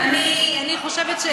אני חושבת,